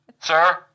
Sir